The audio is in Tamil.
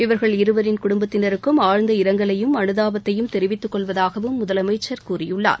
இவர்கள் இருவரின் குடும்பத்தினருக்கும் ஆழ்ந்த இரங்கலையும் அனுதாபத்தையும் தெரிவித்துக் கொள்வதாகவும் முதலமைச்சர் கூறியுள்ளார்